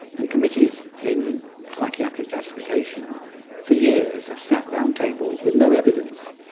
and committees in psychiatric classification for years have sat around tables with no evidence.